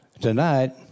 tonight